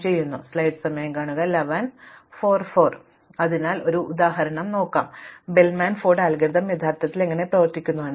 അതിനാൽ നമുക്ക് ഒരു ഉദാഹരണം നോക്കാം ബെൽമാൻ ഫോർഡ് അൽഗോരിതം യഥാർത്ഥത്തിൽ എങ്ങനെ പ്രവർത്തിക്കുന്നുവെന്ന് നോക്കാം